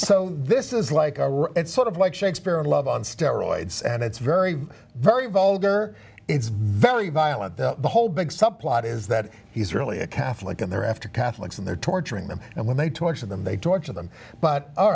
so this is like a sort of like shakespeare in love on steroids and it's very very vulgar it's very violent the whole big subplot is that he's really a catholic and they're after catholics and they're torturing them and when they torture them they torture them but all